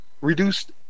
reduced